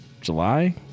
July